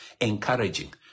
Encouraging